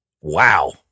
Wow